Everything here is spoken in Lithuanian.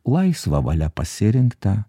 laisva valia pasirinktą